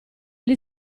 gli